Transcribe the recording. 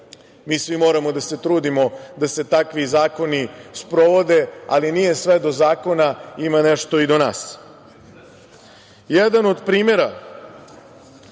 mi svi moramo da se trudimo da se takvi zakoni sprovode, ali nije sve do zakona, ima nešto i do nas. Jedan od primera